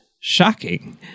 shocking